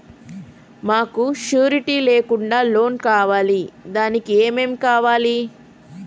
మాకు షూరిటీ లేకుండా లోన్ కావాలి దానికి ఏమేమి కావాలి?